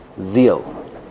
zeal